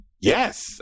Yes